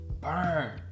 burn